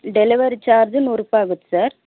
delivery charge ನೂರು ರೂಪಾಯಿ ಆಗುತ್ತೆ ಸರ್